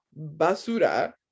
basura